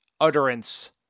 utterance